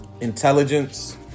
Intelligence